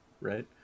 Right